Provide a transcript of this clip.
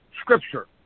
scripture